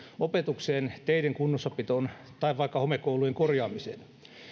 opetukseen teiden kunnossapitoon tai vaikka homekoulujen korjaamiseen